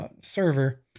server